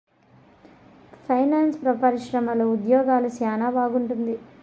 finance పరిశ్రమలో ఉద్యోగాలు సెనా బాగుంటుంది